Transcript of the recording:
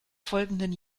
folgenden